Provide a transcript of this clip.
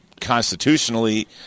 constitutionally –